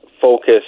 focus